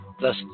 thus